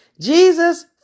Jesus